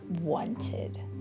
wanted